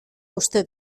uste